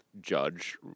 judge